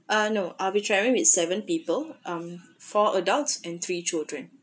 uh no uh we travel with seven people um four adults and three children